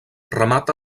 remata